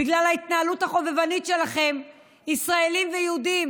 בגלל ההתנהלות החובבנית שלכם ישראלים ויהודים